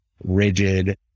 Rigid